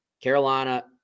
Carolina